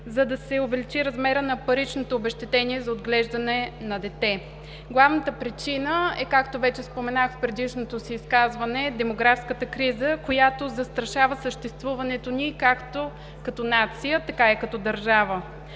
за да се увеличи размерът на паричното обезщетение за отглеждане на дете. Главната причина, както вече споменах в предишното си изказване, е демографската криза, която застрашава съществуването ни както като нация, така и като държава.